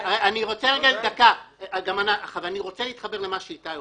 אני רוצה להתחבר למה שאומר איתי,